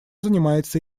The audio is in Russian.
занимается